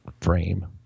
frame